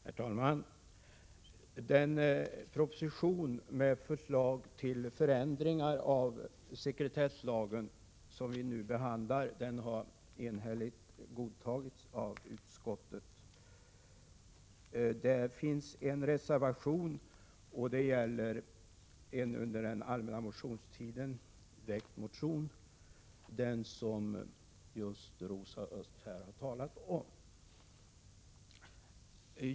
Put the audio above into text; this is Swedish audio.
Herr talman! Den proposition med förslag till förändringar i sekretesslagen som vi nu behandlar har enhälligt godtagits av utskottet. Det finns endast en reservation, som gäller en under den allmänna motionstiden väckt motion, nämligen den som Rosa Östh nyss har talat om.